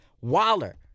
Waller